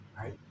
Right